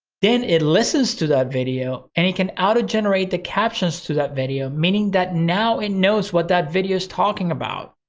then it listens to that video and you can auto generate the captions to that video. meaning that now in knows what that video is talking about.